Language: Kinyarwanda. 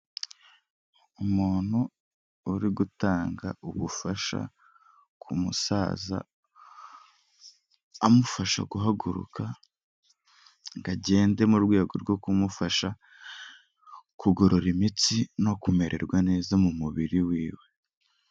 Umuntu uri gutanga ubufasha ku musaza, amufasha guhaguruka ngo agende, mu rwego rwo kumufasha kugorora imitsi no kumererwa neza mu mubiri wiwe.